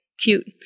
cute